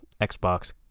Xbox